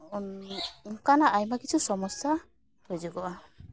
ᱚᱱᱠᱟᱱᱟᱜ ᱟᱭᱢᱟ ᱠᱤᱪᱷᱩ ᱥᱚᱢᱚᱥᱥᱟ ᱦᱤᱡᱩᱜᱚᱜᱼᱟ